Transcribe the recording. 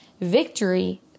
victory